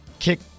kick